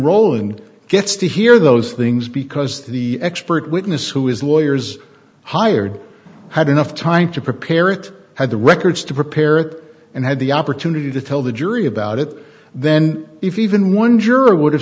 rolling gets to hear those things because the expert witness who is lawyers hired had enough time to prepare it had the records to prepare it and had the opportunity to tell the jury about it then even one juror would